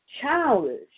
Childish